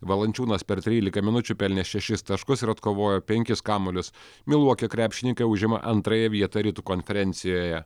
valančiūnas per trylika minučių pelnė šešis taškus ir atkovojo penkis kamuolius miluoki krepšininkai užima antrąją vietą rytų konferencijoje